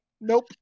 Nope